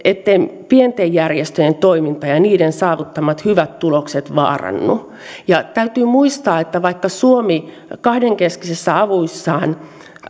etteivät pienten järjestöjen toiminta ja ja niiden saavuttamat hyvät tulokset vaarannu täytyy muistaa että vaikka suomi kahdenkeskisessä avussaan